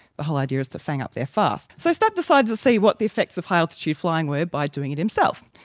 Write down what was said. the whole idea is to fang up there fast. so stapp decided to see what the effects of high altitude flying were by doing it himself.